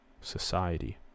society